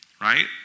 right